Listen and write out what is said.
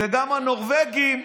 וגם הנורבגים,